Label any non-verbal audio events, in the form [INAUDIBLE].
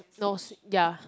no [NOISE] ya